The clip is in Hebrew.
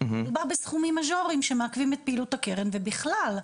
היא באה בסכומים מז'וריים שמעכבים את פעילות הקרן ובכלל.